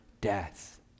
death